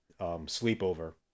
sleepover